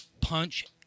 punch